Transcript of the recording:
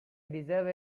deserve